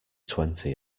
twenty